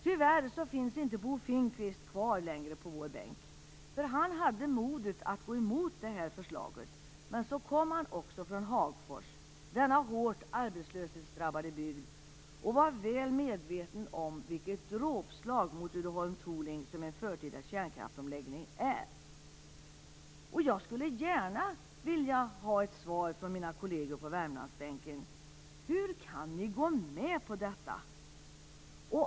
Tyvärr finns inte Bo Finnkvist kvar längre på vår bänk. Han hade modet att gå emot det här förslaget - men så kom han också från Hagfors, denna hårt arbetslöshetsdrabbade bygd, och var väl medveten om vilket dråpslag mot Uddeholm Tooling som en förtida kärnkraftsomläggning är. Jag skulle gärna vilja ha ett svar från mina kolleger på Värmlandsbänken: Hur kan ni gå med på detta?